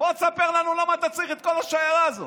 בוא תספר לנו למה אתה צריך את כל השיירה הזאת.